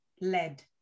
lead